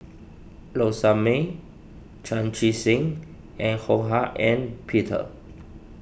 Low Sanmay Chan Chee Seng and Ho Hak Ean Peter